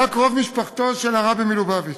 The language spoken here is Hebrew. היה קרוב משפחתו של הרבי מלובביץ'.